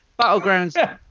battlegrounds